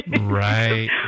Right